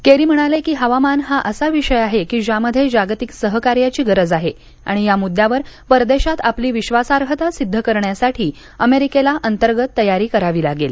carry म्हणाले की हवामान हा असा विषय आहे ज्यामध्ये जागतिक सहकार्याची गरज आहे आणि या मुद्यावर परदेशात आपली विश्वासार्हता सिद्ध करण्यासाठी अमेरिकेला अंतर्गत तयारी करावी लागेल